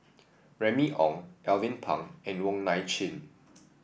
Remy Ong Alvin Pang and Wong Nai Chin